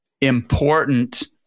important